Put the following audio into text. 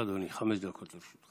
בבקשה, אדוני, חמש דקות לרשותך.